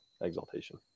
exaltation